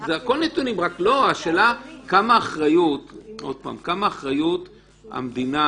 השאלה כמה אחריות המדינה